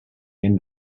end